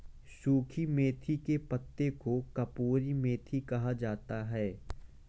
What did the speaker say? सुखी मेथी के पत्तों को कसूरी मेथी कहा जाता है